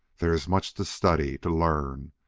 there is much to study, to learn.